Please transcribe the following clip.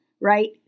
right